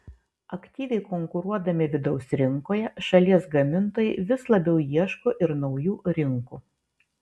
aktyviai konkuruodami vidaus rinkoje šalies gamintojai vis labiau ieško ir naujų rinkų